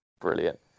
Brilliant